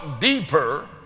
deeper